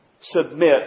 submit